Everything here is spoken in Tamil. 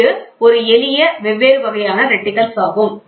எனவே இது ஒரு எளிய வெவ்வேறு வகையான ரெட்டிகல்ஸ் ஆகும்